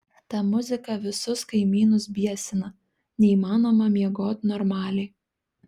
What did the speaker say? ta muzika visus kaimynus biesina neįmanoma miegot normaliai